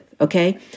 Okay